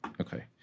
Okay